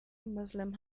muslim